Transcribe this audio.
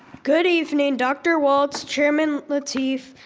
good evening, dr. walts, chairman lateef,